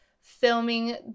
filming